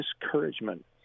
discouragement